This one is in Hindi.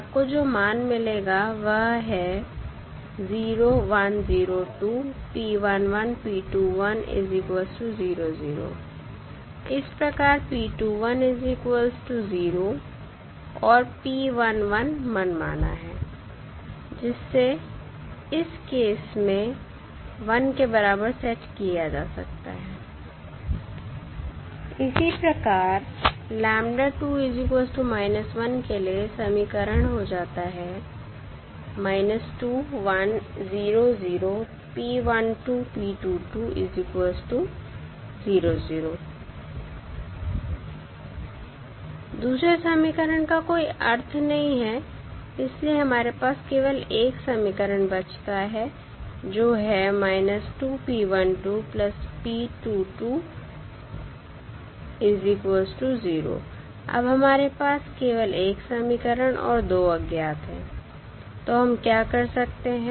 आपको जो मान मिलेगा वह है इस प्रकार और मनमाना है जिसे इस केस में 1 के बराबर सेट किया जा सकता है इसी प्रकार के लिए समीकरण हो जाता है दूसरे समीकरण का कोई अर्थ नहीं है इसलिए हमारे पास केवल 1 समीकरण बचता है जो है अब हमारे पास केवल एक समीकरण और दो अज्ञात है तो हम क्या कर सकते हैं